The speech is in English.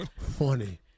funny